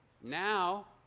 Now